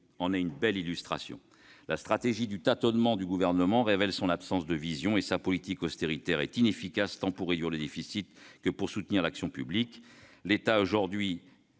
en est une belle illustration. La stratégie du tâtonnement du Gouvernement révèle son absence de vision. Sa politique austéritaire est inefficace, tant pour réduire le déficit que pour soutenir l'action publique. L'État agit aujourd'hui